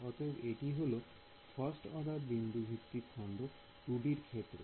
অতএব এটি হলো ফাস্ট অর্ডার বিন্দু ভিত্তিক খন্ড 2D র ক্ষেত্রে